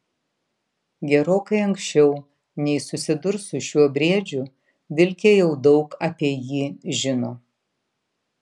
gerokai anksčiau nei susidurs su šiuo briedžiu vilkė jau daug apie jį žino